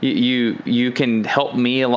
you you can help me. ah